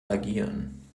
agieren